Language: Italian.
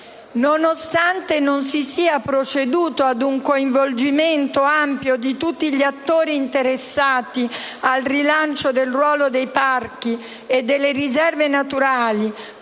Nonostante non si sia proceduto ad un coinvolgimento ampio di tutti gli attori interessati al rilancio del ruolo dei parchi e delle riserve naturali,